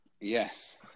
Yes